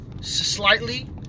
slightly